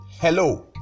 hello